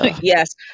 Yes